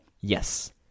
Yes